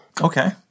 Okay